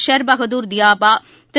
Sher Bahadur Deuba Thiru